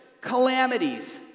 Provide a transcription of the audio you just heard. calamities